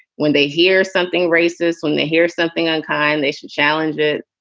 when they hear something racist, when they hear something unkind, they should challenge it.